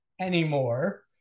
anymore